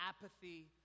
apathy